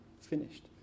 finished